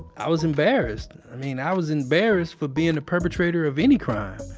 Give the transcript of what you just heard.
i was embarrassed. i mean, i was embarrassed for being a perpetrator of any crime.